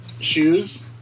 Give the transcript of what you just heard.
Shoes